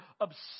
obsessed